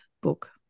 book